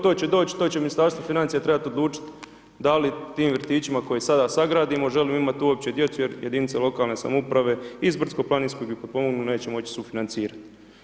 To će doći, to će Ministarstvo financija trebat odlučiti da li tim vrtićima koje sada sagradimo, želimo imati uopće djecu jer jedinice lokalne samouprave iz brdsko-planinskog i potpomognuto, neće moći sufinancirati.